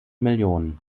millionen